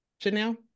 Janelle